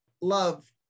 love